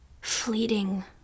fleeting